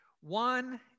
One